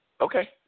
Okay